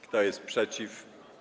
Kto jest przeciw?